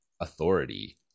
authority